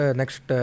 next